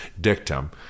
dictum